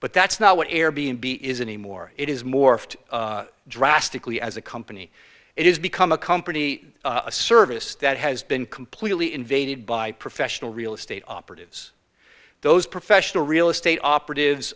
but that's not what air b n b is anymore it has morphed drastically as a company it has become a company a service that has been completely invaded by professional real estate operatives those professional real estate operatives